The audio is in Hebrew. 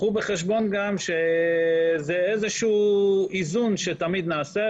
קחו בחשבון גם שזה איזשהו איזון שתמיד נעשה,